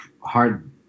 hard